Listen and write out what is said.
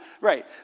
right